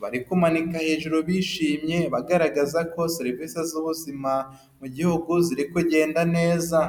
bari kumanika hejuru bishimye, bagaragaza ko serivisi z'ubuzima mu gihugu ziri kugenda neza.